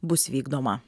bus vykdoma